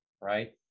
right